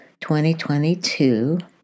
2022